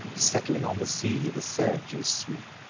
settling on the sea, the surges sweep,